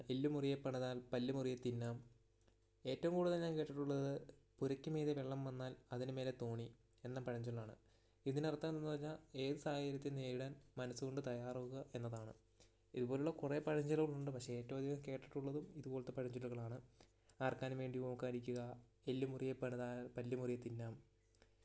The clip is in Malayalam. എല്ലുമുറിയെ പണിതാൽ പല്ലു മുറിയെ തിന്നാം ഏറ്റവും കൂടുതൽ ഞാൻ കേട്ടിട്ടുള്ളത് പുരയ്ക്കുമീതെ വെള്ളം വന്നാൽ അതിനുമേലെ തോണി എന്ന പഴഞ്ചൊല്ലാണ് ഇതിനർത്ഥം എന്തെന്ന് പറഞ്ഞാൽ ഏത് സാഹചര്യത്തെ നേരിടാൻ മനസുകൊണ്ട് തയ്യാറാകുക എന്നതാണ് ഇതുപോലുള്ള കുറേ പഴഞ്ചൊല്ലുകളുണ്ട് പക്ഷെ ഏറ്റോവധികം കേട്ടിട്ടുള്ളതും ഇതുപോലത്തെ പഴഞ്ചൊല്ലുകളാണ് ആർക്കാനും വേണ്ടി ഓക്കാനിയ്ക്കുക എല്ലു മുറിയെ പണിതാൽ പല്ലു മുറിയെ തിന്നാം